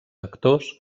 actors